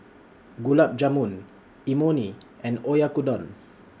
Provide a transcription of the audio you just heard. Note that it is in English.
Gulab Jamun Imoni and Oyakodon